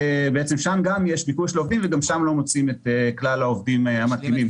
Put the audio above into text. שם גם יש ביקוש לעובדים וגם שם לא מוצאים את כלל העובדים המתאימים,